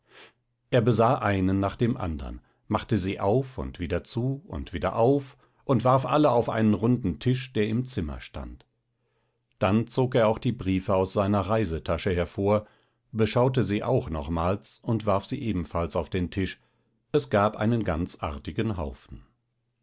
er besah einen nach dem andern machte sie auf und wieder zu und wieder auf und warf alle auf einen runden tisch der im zimmer stand dann zog er auch die briefe aus seiner reisetasche hervor beschaute sie auch nochmals und warf sie ebenfalls auf den tisch es gab einen ganz artigen haufen